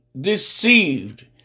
deceived